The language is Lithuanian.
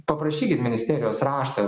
paprašykit ministerijos raštą